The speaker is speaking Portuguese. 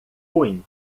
ruim